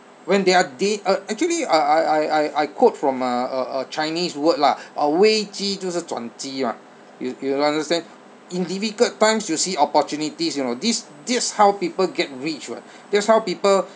when there are d uh actually I I I I I quote from uh a a chinese word lah uh 危机就是转机 mah you you understand in difficult times you see opportunities you know this this how people get rich [what] that's how people